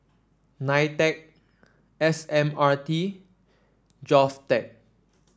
Nitec S M R T Govtech